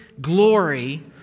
glory